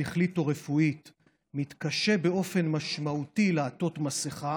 שכלית או רפואית המתקשה באופן משמעותי לעטות מסכה